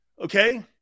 okay